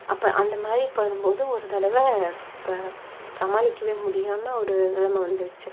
அப்போ அந்த மாதிரி பண்ணும் போது ஒரு தடவை இப்போ சமாளிக்கவே முடியாமல் ஒரு நெலமை வந்திருச்சு